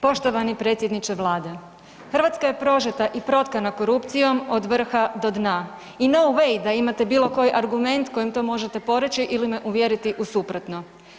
Poštovani predsjedniče Vlade, Hrvatska je prožeta i protkana korupcijom od vrha do dna i no way da imate bilo koji argument kojim to možete poreći ili me uvjeriti u suprotno.